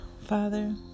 Father